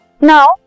Now